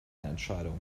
entscheidung